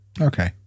Okay